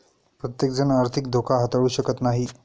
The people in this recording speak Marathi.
प्रत्येकजण आर्थिक धोका हाताळू शकत नाही